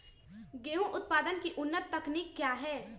गेंहू उत्पादन की उन्नत तकनीक क्या है?